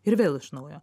ir vėl iš naujo